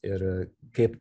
ir kaip